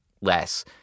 less